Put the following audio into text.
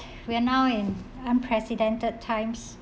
we are now in unprecedented times